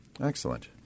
Excellent